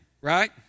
right